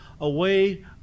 away